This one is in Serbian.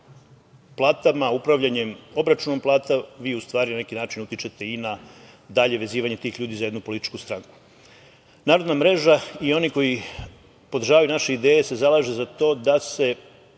platama, upravljanjem obračuna plata, vi u stvari na neki način utičete i na dalje vezivanje tih ljudi za jednu političku stranku. Narodna mreža i oni koji podržavaju naše ideje se zalažu za to da se